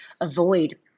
avoid